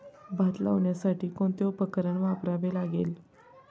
भात लावण्यासाठी कोणते उपकरण वापरावे लागेल?